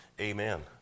Amen